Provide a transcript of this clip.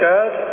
God